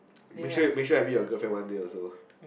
make sure make sure I meet your girlfriend one day also